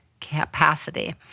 capacity